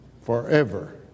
forever